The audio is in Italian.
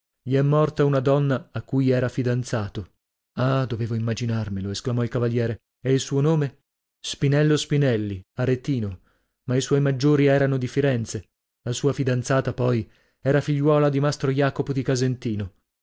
gli è morta una donna a cui era fidanzato ah dovevo immaginarmelo esclamò il cavaliere e il suo nome spinello spinelli aretino ma i suoi maggiori erano di firenze la sua fidanzata poi era figliuola a mastro jacopo di casentino